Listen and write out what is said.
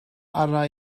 arna